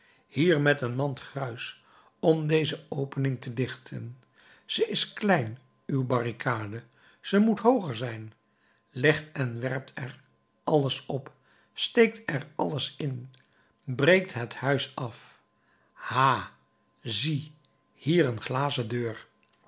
hier met een mand gruis om deze opening te dichten ze is klein uw barricade ze moet hooger zijn legt en werpt er alles op steekt er alles in breekt het huis af ha zie hier een glazen deur